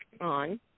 on